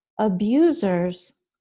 abusers